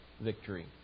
victory